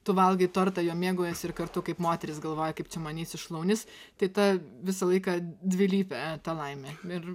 tu valgai tortą juo mėgaujiesi ir kartu kaip moteris galvoji kaip man čia eis šlaunis tai ta visą laiką dvilypė ta laimė ir